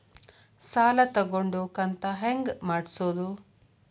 ಸಾಲ ತಗೊಂಡು ಕಂತ ಹೆಂಗ್ ಮಾಡ್ಸೋದು?